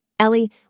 Ellie